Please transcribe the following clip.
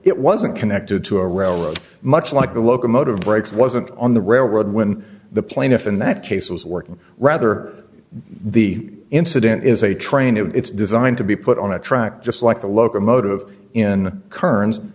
it wasn't connected to a railroad much like a locomotive brakes wasn't on the railroad when the plaintiff in that case was working rather the incident is a train it's designed to be put on a track just like the locomotive in